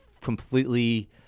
completely